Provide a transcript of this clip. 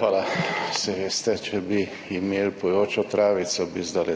Hvala. Saj veste, če bi imeli pojočo travico, bi zdajle